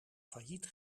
failliet